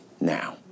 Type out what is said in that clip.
now